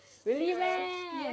really meh